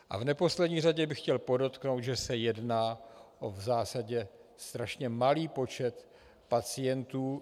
V neposlední řadě bych chtěl podotknout, že se jedná o v zásadě strašně malý počet pacientů.